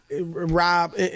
Rob